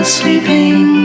sleeping